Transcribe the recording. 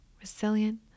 resilient